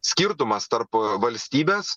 skirtumas tarp valstybės